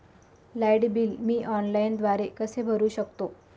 Light bill मी ऑनलाईनद्वारे कसे भरु शकतो?